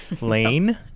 Lane